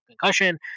concussion